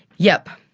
yep,